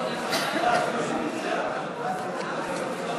המשרד להגנת הסביבה,